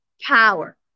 power